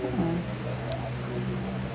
uh